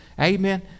Amen